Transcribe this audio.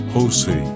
Jose